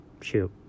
shoot